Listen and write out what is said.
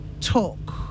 talk